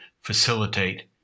facilitate